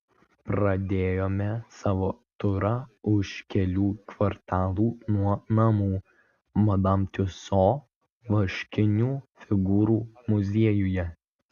pradėjome savo turą už kelių kvartalų nuo namų madam tiuso vaškinių figūrų muziejuje